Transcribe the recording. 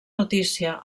notícia